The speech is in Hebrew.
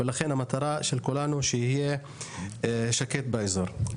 לכן המטרה של כולנו שיהיה שקט באזור.